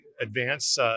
advance